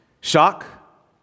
Shock